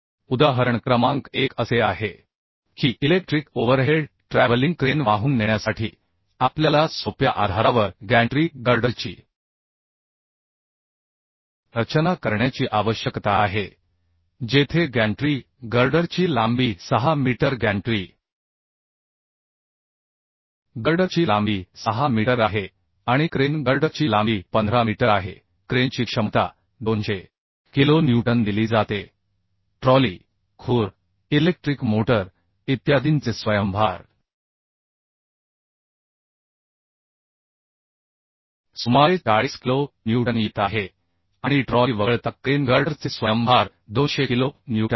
उदाहरण क्रमांक एक असे आहे की इलेक्ट्रिक ओव्हरहेड ट्रॅव्हलिंग क्रेन वाहून नेण्यासाठी आपल्याला सोप्या आधारावर गॅन्ट्री गर्डरची रचना करण्याची आवश्यकता आहे जेथे गॅन्ट्री गर्डरची लांबी 6 मीटर गॅन्ट्री गर्डरची लांबी 6 मीटर आहे आणि क्रेन गर्डरची लांबी 15 मीटर आहे क्रेनची क्षमता 200 किलो न्यूटन दिली जाते तर एक म्हणजे ट्रॉलीचे स्वतःचे वजनहूप इलेक्ट्रिक मोटर इत्यादींचे स्वयंभार सुमारे 40 किलो न्यूटन येत आहे आणि ट्रॉली वगळता क्रेन गर्डरचे स्वयंभार 200 किलो न्यूटन आहे